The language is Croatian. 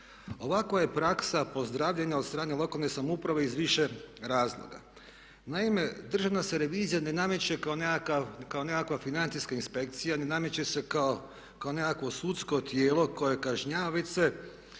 Ovakva je praksa pozdravljena od strane lokalne samouprave iz više razloga. Naime, Državna se revizija ne nameće kao nekakva financijska inspekcija, ne nameće se kao nekakvo sudsko tijelo koje kažnjava,